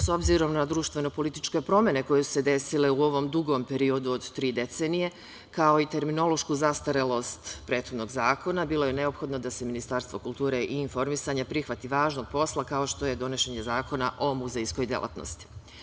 S obzirom na društveno-političke promene koje su se desile u ovom dugom periodu od tri decenije, kao i terminološku zastarelost prethodnog zakona, bilo je neophodno da se Ministarstvo kulture i informisanja prihvati važnog posla kao što je donošenje Zakona o muzejskoj delatnosti.